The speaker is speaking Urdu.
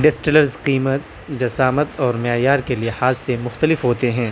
ڈسٹلرز قیمت جسامت اور معیار کے لحاظ سے مختلف ہوتے ہیں